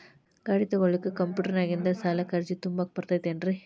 ಗಾಡಿ ತೊಗೋಳಿಕ್ಕೆ ಕಂಪ್ಯೂಟೆರ್ನ್ಯಾಗಿಂದ ಸಾಲಕ್ಕ್ ಅರ್ಜಿ ತುಂಬಾಕ ಬರತೈತೇನ್ರೇ?